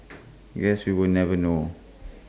guess we will never know